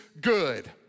good